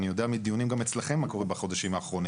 אני יודע מדיונים גם אצלכם מה קורה בחודשים האחרונים.